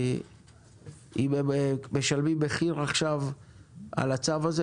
אם הם משלמים מחיר עכשיו על הצו הזה,